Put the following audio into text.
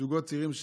זוגות צעירים,